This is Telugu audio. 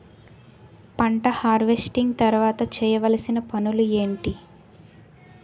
పంట హార్వెస్టింగ్ తర్వాత చేయవలసిన పనులు ఏంటి?